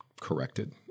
corrected